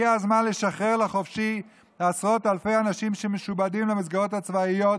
הגיע הזמן לשחרר לחופשי עשרות אלפי אנשים שמשועבדים למסגרות הצבאיות,